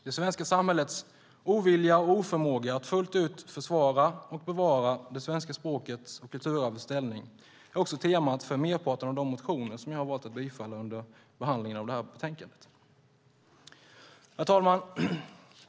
Det svenska samhällets ovilja och oförmåga att fullt ut försvara och bevara det svenska språkets och kulturarvets ställning är också temat för merparten av de motioner som jag valt att bifalla under behandlingen av det här betänkandet. Herr talman!